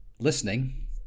listening